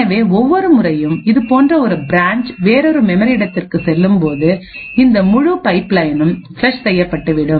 எனவே ஒவ்வொரு முறையும் இதுபோன்ற ஒரு பிரான்ச்வேறொரு மெமரி இடத்திற்குச் செல்லும்போது இந்த முழு பைப் லயனும் ஃபிளஷ் செய்யப்பட்டுவிடும்